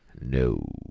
No